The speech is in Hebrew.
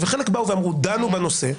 חלק באו ואמרו דנו בנושא,